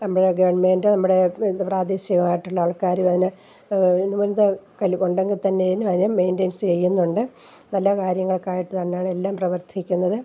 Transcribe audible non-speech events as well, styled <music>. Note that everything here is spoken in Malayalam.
നമ്മുടെ ഗവൺമെൻറോ നമ്മുടെ എന്താണ് പറയുക പ്രാദേശികമായിട്ടുള്ള ആൾക്കാരും അതിനെ <unintelligible> ഉണ്ടെങ്കിൽ തന്നെയും അതിൻ്റെ മെയിൻറനൻസ് ചെയ്യുന്നുണ്ട് നല്ല കാര്യങ്ങളൊക്കെ ആയിട്ട് തന്നെയാണ് എല്ലാം പ്രവർത്തിക്കുന്നത്